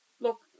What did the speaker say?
look